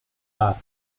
art